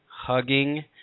hugging